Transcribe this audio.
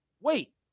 wait